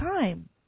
time